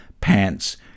pants